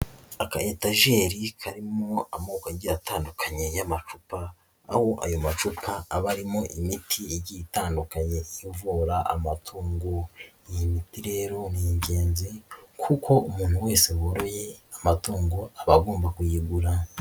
Akayetajeri karimo amoko agiye atandukanye y'amacupa, aho ayo macupa aba arimo imiti igiye itandukanye ivura amatungo, iyi miti rero ni ingenzi kuko umuntu wese woroye amatungo aba agomba kuyigura.